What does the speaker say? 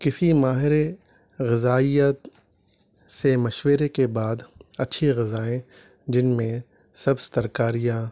کسی ماہر غذائیت سے مشورہ کے بعد اچھی غذائیں جن میں سبز ترکاریاں